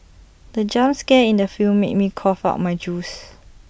the jump scare in the film made me cough out my juice